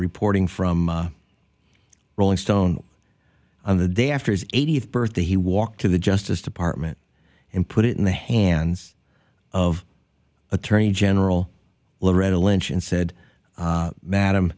reporting from rolling stone on the day after his eightieth birthday he walked to the justice department and put it in the hands of attorney general loretta lynch and said madam